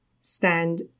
stand